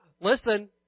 listen